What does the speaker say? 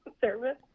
service